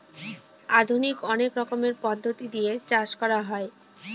আধুনিক অনেক রকমের পদ্ধতি দিয়ে চাষ করা হয়